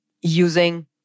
using